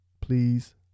please